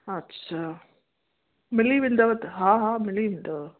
अछा मिली वेंदव त हा हा मिली वेंदव